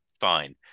fine